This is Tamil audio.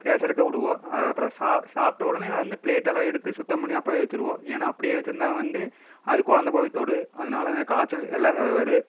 பேசறதுக்கு விடுவோம் அப்புறம் சாப்பிட்ட உடனே வந்து ப்ளேட்டெல்லாம் எடுத்து சுத்தம் பண்ணி அப்போவே வைச்சிடுவோம் ஏன்னா அப்டியே வச்சிருந்தா வந்து அது கொழந்தை போய் தொடும் அதனால் காய்ச்சல் எல்லாமே வரும்